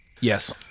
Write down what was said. Yes